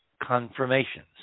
confirmations